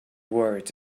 word